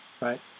right